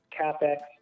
CapEx